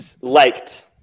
Liked